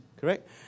correct